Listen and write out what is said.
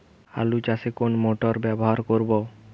আলু চাষে কোন মোটর ব্যবহার করব?